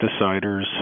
deciders